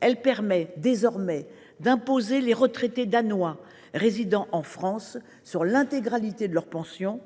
Elle permet désormais d’imposer les retraités danois résidant en France sur l’intégralité de leur pension